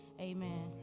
amen